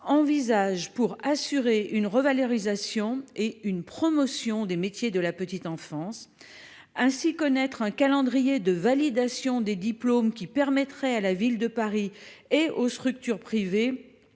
faire pour assurer une revalorisation et une promotion des métiers de la petite enfance, et connaître le calendrier de validation des diplômes qui permettrait à la Ville de Paris et aux structures privées